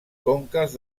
conques